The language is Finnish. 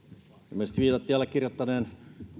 ilmeisesti viitattiin allekirjoittaneen